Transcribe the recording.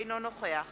אינו נוכח